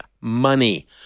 Money